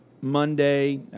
Monday